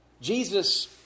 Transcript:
Jesus